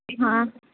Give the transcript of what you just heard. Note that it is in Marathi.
हां